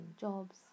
jobs